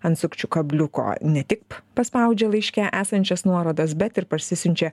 ant sukčių kabliuko ne tik paspaudžia laiške esančias nuorodas bet ir parsisiunčia